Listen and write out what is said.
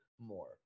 more